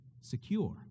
secure